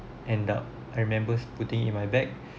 end up I remembers putting in my bag